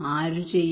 ആരു ചെയ്യും